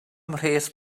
mhres